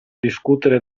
discutere